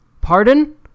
pardon